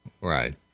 right